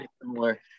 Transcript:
similar